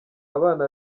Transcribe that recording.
abana